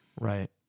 Right